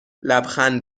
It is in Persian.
لبخند